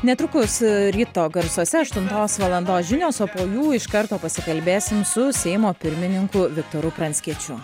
netrukus ryto garsuose aštuntos valandos žinios o po jų iš karto pasikalbėsim su seimo pirmininku viktoru pranckiečiu